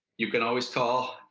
you can always call,